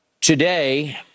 Today